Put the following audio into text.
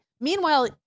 Meanwhile